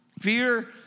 Fear